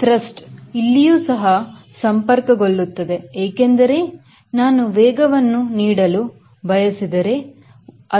Thrust ಇಲ್ಲಿಯೂ ಸಹ ಸಂಪರ್ಕ ಗೊಳ್ಳುತ್ತದೆ ಏಕೆಂದರೆ ನಾನು ವೇಗವನ್ನುನೀಡಲು ಬಯಸಿದರೆ